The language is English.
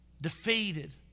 defeated